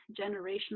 generational